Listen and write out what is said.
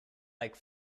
like